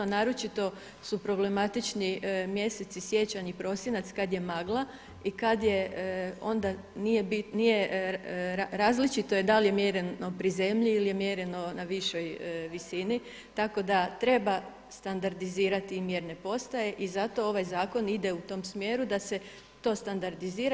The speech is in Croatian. Naročito su problematični mjeseci siječanj i prosinac kad je magla i kad je onda nije, različito je da li je mjereno pri zemlji ili je mjereno na višoj visini, tako da treba standardizirati i mjerne postaje i zato ovaj zakon ide u tom smjeru da se to standardizira.